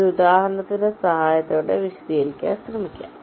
ഒരു ഉദാഹരണത്തിന്റെ സഹായത്തോടെ അത് വിശദീകരിക്കാൻ ശ്രമിക്കാം